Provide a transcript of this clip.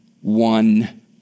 one